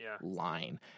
Line